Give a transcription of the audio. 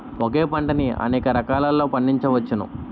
ఒకే పంటని అనేక రకాలలో పండించ్చవచ్చును